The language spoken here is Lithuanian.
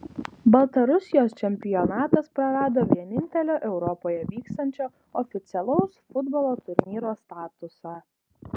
baltarusijos čempionatas prarado vienintelio europoje vykstančio oficialaus futbolo turnyro statusą